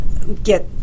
get